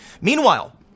Meanwhile